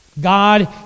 God